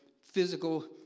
physical